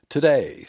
Today